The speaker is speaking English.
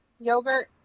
yogurt